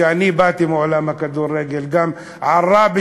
ואני באתי מעולם הכדורגל: גם עראבה,